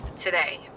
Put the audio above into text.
today